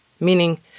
meaning